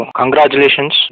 congratulations